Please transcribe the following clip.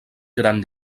gran